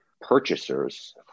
purchasers